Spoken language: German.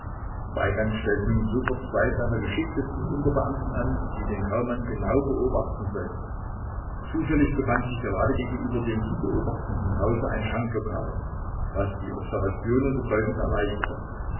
weigand stellte nun sofort zwei seiner geschicktesten unterbeamten an die den kaumann genau beobachten sollten zufällig befand sich gerade gegenüber dem zu beobachtenden hause ein schanklokal was die observationen bedeutend erleichterte